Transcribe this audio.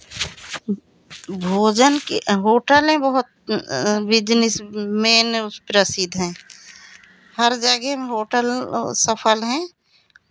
भोजन के होटलें बहुत बिज़नेस मेन उस प्रसिद्ध हैं हर जगह होटल वो सफ़ल हैं